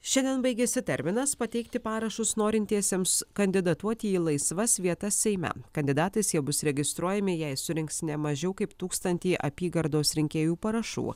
šiandien baigiasi terminas pateikti parašus norintiesiems kandidatuoti į laisvas vietas seime kandidatais jie bus registruojami jei surinks ne mažiau kaip tūkstantį apygardos rinkėjų parašų